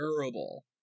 terrible